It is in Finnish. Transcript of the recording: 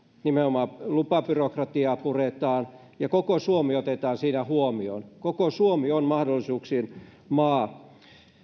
nimenomaan lupabyrokratiaa puretaan ja koko suomi otetaan siinä huomioon koko suomi on mahdollisuuksien maa